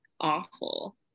awful